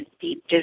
deep